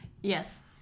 Yes